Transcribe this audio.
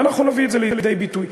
ואנחנו נביא את זה לידי ביטוי.